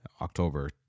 October